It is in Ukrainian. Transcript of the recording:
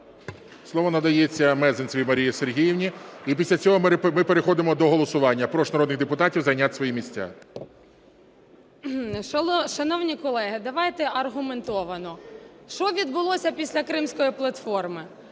Слово надається Мезенцевій Марії Сергіївні. І після цього ми переходимо до голосування. Прошу народних депутатів зайняти свої місця. 13:45:47 МЕЗЕНЦЕВА М.С. Шановні колеги, давайте аргументовано, що відбулося після Кримської платформи?